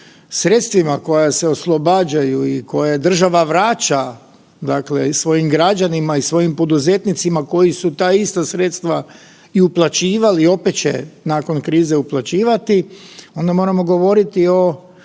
sredstvima koja se oslobađaju i koja država vraća, dakle svojim građanima i svojim poduzetnicima koji su ta ista sredstva i uplaćivali i opet će nakon krize uplaćivati, onda moramo govoriti o